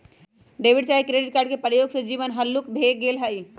debit चाहे credit card के प्रयोग से जीवन हल्लुक भें गेल हइ